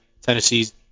Tennessee's